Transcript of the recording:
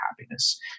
happiness